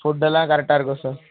ஃபுட்டெல்லாம் கரெக்டாக இருக்கும் சார்